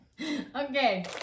Okay